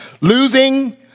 losing